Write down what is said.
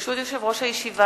יושב-ראש הישיבה,